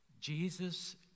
Jesus